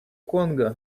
конго